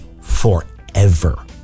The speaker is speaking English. forever